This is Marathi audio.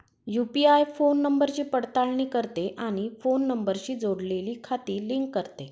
यू.पि.आय फोन नंबरची पडताळणी करते आणि फोन नंबरशी जोडलेली खाती लिंक करते